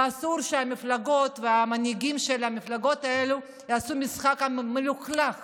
אסור שהמפלגות והמנהיגים של המפלגות האלה יעשו משחק מלוכלך